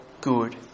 good